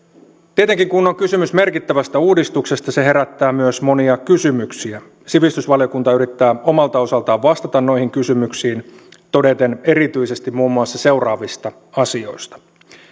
tietenkin kun on kysymys merkittävästä uudistuksesta se herättää myös monia kysymyksiä sivistysvaliokunta yrittää omalta osaltaan vastata noihin kysymyksiin todeten erityisesti muun muassa seuraavista asioista